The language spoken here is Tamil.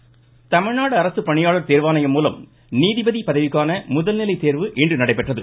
தேர்வு தமிழ்நாடு அரசு பணியாளர் தேர்வாணையம் மூலம் நீதிபதி பதவிக்கான முதல்நிலை தேர்வு இன்று நடைபெற்றது